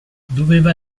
doveva